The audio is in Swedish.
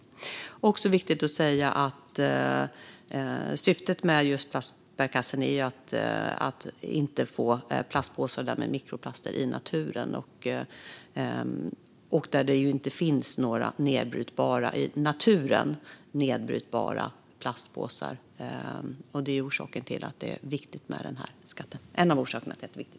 Det är också viktigt att säga att syftet med skatten på plastbärkassen är att inte få plastpåsar och därmed mikroplaster i naturen som inte är nedbrytbara där. Det är en av orsakerna till att den här skatten är viktig.